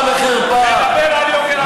תדבר על יוקר המחיה.